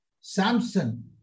Samson